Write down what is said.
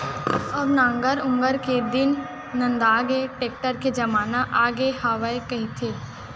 अब नांगर ऊंगर के दिन नंदागे, टेक्टर के जमाना आगे हवय कहिथें